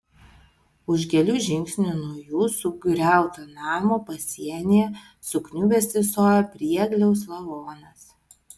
už kelių žingsnių nuo jų sugriauto namo pasienyje sukniubęs tysojo priegliaus lavonas